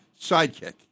sidekick